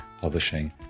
publishing